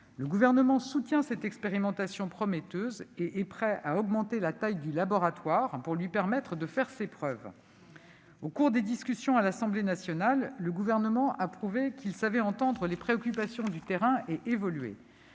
Le Gouvernement soutient cette expérimentation prometteuse et est prêt à augmenter la « taille du laboratoire » pour lui permettre de faire ses preuves. Au cours des discussions à l'Assemblée nationale, le Gouvernement a prouvé qu'il savait entendre les préoccupations du terrain et évoluer.